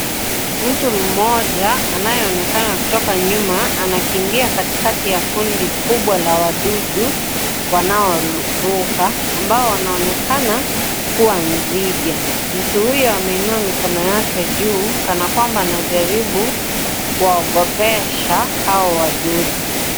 Mtu mmoja anayeonekana kutoka nyuma, anakimbia katikati ya kundi kubwa la wadudu wanaoruka ambao wanaonekana kuwa nzige. Mtu huyo ameinua mikono yake juu kana kwamba anajaribu kuwaogopesha hao wadudu.